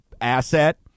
asset